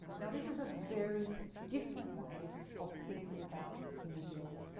now this is a very different way of thinking about images.